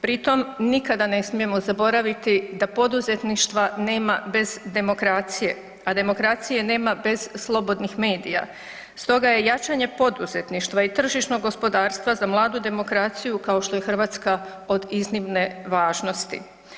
Pritom nikada ne smijemo zaboraviti da poduzetništva nema bez demokracije a demokracije nema bez slobodnih medija stoga je jačanje poduzetništva i tržišnog gospodarstva za mladu demokraciju kao što je Hrvatska, od iznimne važnosti.